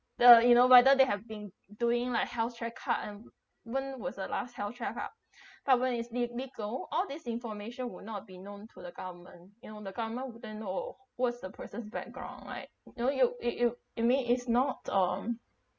the you know whether they have been doing like health check-up and when was the last health check-up but when is illegal all this information will not be known to the government you know the government wouldn't know what's the process background like you know you you you mean is not um